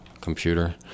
computer